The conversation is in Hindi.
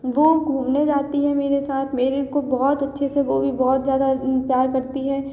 वह घूमने जाती है मेरे साथ मेरे को बहुत अच्छे से वह भी बहुत ज़्यादा प्यार करती है